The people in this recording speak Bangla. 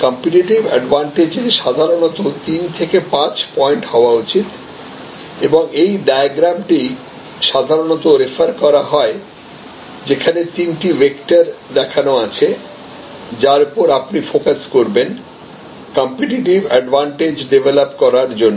কম্পিটিটিভ অ্যাডভান্টেজে সাধারণত তিন থেকে পাঁচ পয়েন্ট হওয়া উচিত এবং এই ডায়াগ্রামটি সাধারণত রেফার করা হয় যেখানে তিনটি ভেক্টর দেখানো আছে যার উপর আপনি ফোকাস করবেন কম্পিটিটিভ অ্যাডভান্টেজ ডেভেলপ করার জন্য